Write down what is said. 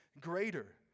greater